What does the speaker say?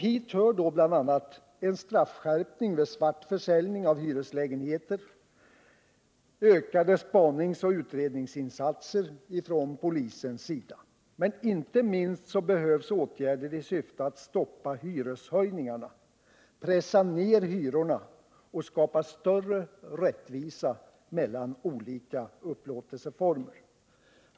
Hit hör bl.a. en straffskärpning vid svart försäljning av hyreslägenheter och ökade spaningsoch utredningsinsatser från polisens sida. Men inte minst behövs åtgärder i syfte att stoppa hyreshöjningarna, pressa ned hyrorna och skapa större rättvisa mellan olika upplåtelseformer.